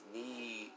need